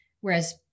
Whereas